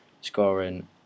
scoring